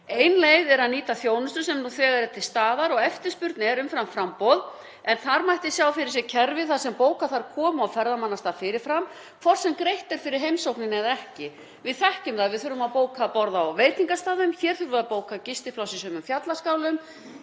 Ein leið er að nýta þjónustu sem nú þegar er til staðar þegar eftirspurn er umfram framboð en þar mætti sjá fyrir sér kerfi þar sem bóka þarf komu á ferðamannastað fyrir fram, hvort sem greitt er fyrir heimsóknina eða ekki. Við þekkjum það að við þurfum að bóka borð á veitingastöðum, hér þurfum við að bóka gistipláss í sumum fjallaskálum,